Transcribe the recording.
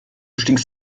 stinkst